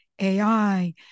AI